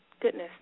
goodness